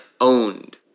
owned